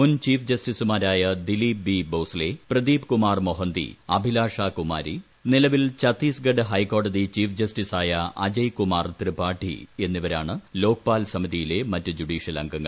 മുൻ ചീഫ് ജസ്റ്റിസുമാരായ ദിലിപ് ബ്ബു ബ്ബോസ്സെ പ്രദിപ് കുമാർ മൊഹന്തി അഭിലാഷ കുമാരി നില്ലിൽ ഛത്തീസ്ഗഡ് ഹൈക്കോടതി ചീഫ് ജസ്റ്റിസായ അജയ് കുമാർ ത്രിപാഠി എന്നിവരാണ് ലോക്പാൽ സമിതിയിലെ മറ്റ് ജുഡീഷ്യൽ അംഗങ്ങൾ